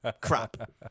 crap